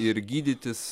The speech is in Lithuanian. ir gydytis